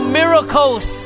miracles